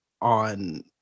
on